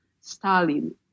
Stalin